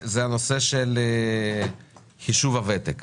זה הנושא של חישוב הוותק.